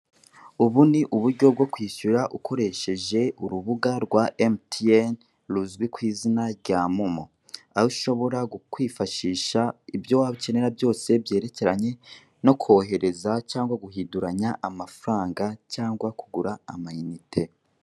Ubu ni uburyo bwo kwishyura ukoresheje urubuga rwa emutiyeni ruzwi ku izina rya momo. Aho ushobora kwifashisha ibyo wakenera byose byerekeranye no kohereza cyangwa guhinduranya amafaranga cyangwa kugura amayinite.